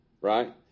right